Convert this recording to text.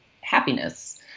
happiness